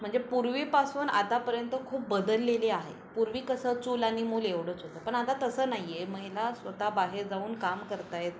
म्हणजे पूर्वीपासून आतापर्यंत खूप बदललेली आहे पूर्वी कसं चूल आणि मूल एवढंच होतं पण आता तसं नाही आहे महिला स्वतः बाहेर जाऊन काम करत आहेत